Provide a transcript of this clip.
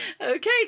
Okay